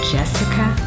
Jessica